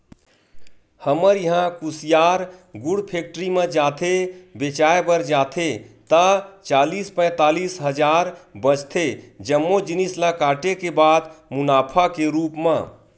हमर इहां कुसियार गुड़ फेक्टरी म जाथे बेंचाय बर जाथे ता चालीस पैतालिस हजार बचथे जम्मो जिनिस ल काटे के बाद मुनाफा के रुप म